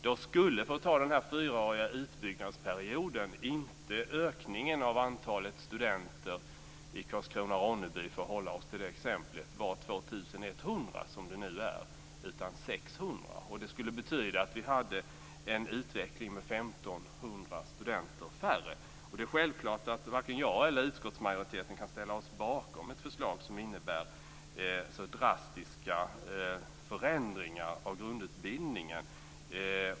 Då skulle under den fyraåriga utbyggnadsperioden ökningen av antalet studenter i Karlskrona/Ronneby inte vara 2 100 utan 600. Det skulle betyda en utveckling med 1 500 studenter färre. Det är självklart att varken jag eller utskottsmajoriteten kan ställa oss bakom ett förslag som innebär så drastiska förändringar av grundutbildningen.